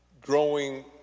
growing